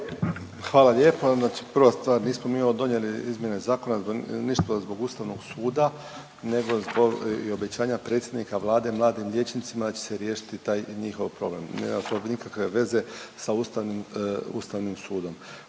Hvala lijepa. Znači prva stvar, nismo mi ovo donijeli izmjene zakona, zbog Ustavnog suda nego zbog obećanja predsjednika Vlade mladim liječnicima da će se riješiti taj njihov problem. Nema to nikakve veze sa Ustavnim,